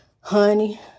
Honey